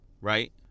Right